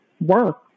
work